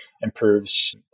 improves